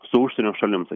su užsienio šalim sakykim